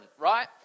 right